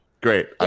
great